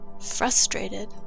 Frustrated